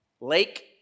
lake